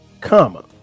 comma